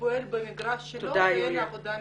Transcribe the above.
פועל במגרש שלו ואין עבודה משותפת.